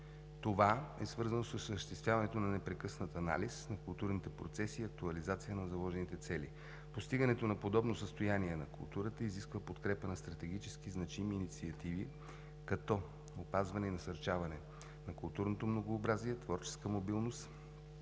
Това е свързано с осъществяването на непрекъснат анализ на културните процеси и актуализация на заложените цели. Постигането на подобно състояние на културата изисква подкрепа на стратегически значими инициативи, като опазване и насърчаване на културното многообразие, творческа мобилност